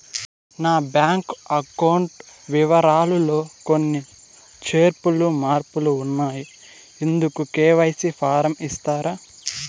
నా bank account వివరాలు లో కొన్ని చేర్పులు మార్పులు ఉన్నాయి, ఇందుకు కె.వై.సి ఫారం ఇస్తారా?